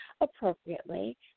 appropriately